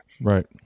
Right